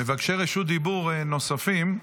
מבקשי רשות דיבור נוספים,